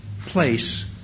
place